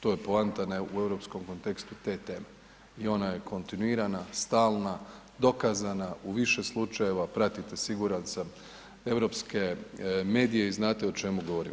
To je poanta u europskom kontekstu te teme i ona je kontinuirana, stalna, dokazana u više slučajeva pratite siguran sam europske medije i znate o čemu govorim.